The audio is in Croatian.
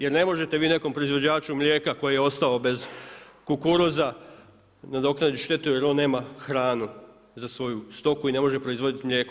Jer ne možete vi nekom proizvođaču mlijeka koji je ostao bez kukuruza nadoknaditi štetu jer on nema hranu za svoju stoku i ne može proizvoditi mlijeko.